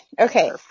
Okay